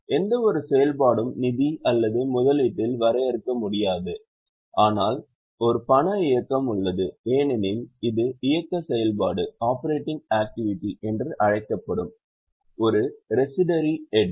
எந்தவொரு செயல்பாடும் நிதி அல்லது முதலீட்டில் வரையறுக்க முடியாது ஆனால் ஒரு பண இயக்கம் உள்ளது ஏனெனில் இது இயக்க செயல்பாடு என்று அழைக்கப்படும் ஒரு ரெசிடரி ஹெட்